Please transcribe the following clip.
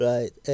Right